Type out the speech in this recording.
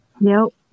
Nope